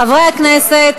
חברי הכנסת,